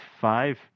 five